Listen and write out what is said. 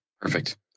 Perfect